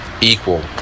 equal